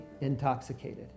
intoxicated